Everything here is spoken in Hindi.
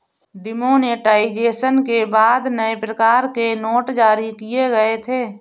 डिमोनेटाइजेशन के बाद नए प्रकार के नोट जारी किए गए थे